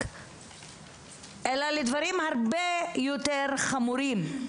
אלא לדברים הרבה יותר חמורים.